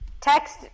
text